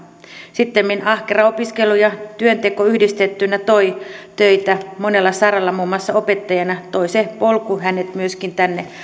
sittemmin ahkera opiskelu työntekoon yhdistettynä toi töitä monella saralla muun muassa opettajana toi se polku hänet myöskin tänne